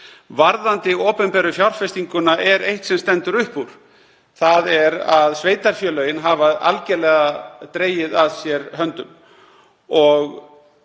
Varðandi opinberu fjárfestinguna er eitt sem stendur upp úr. Það er að sveitarfélögin hafa algerlega haldið að sér höndum.